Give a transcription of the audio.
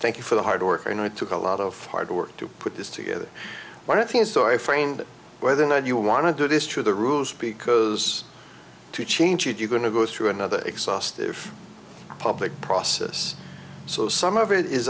thank you for the hard work and it took a lot of hard work to put this together what i feel so i framed whether or not you want to do this through the rules because to change it you're going to go through another exhaustive public process so some of it is